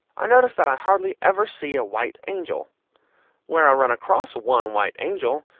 i notice that i hardly ever see a white angel where i run across one white angel,